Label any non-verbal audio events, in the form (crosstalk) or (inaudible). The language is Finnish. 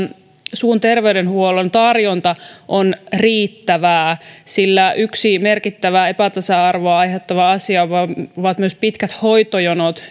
suun terveydenhuollon tarjonta on riittävää sillä yksi merkittävä epätasa arvoa aiheuttava asia ovat myös pitkät hoitojonot (unintelligible)